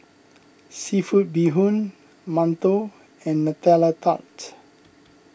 Seafood Bee Hoon Mantou and Nutella Tart